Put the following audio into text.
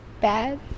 Bad